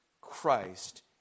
Christ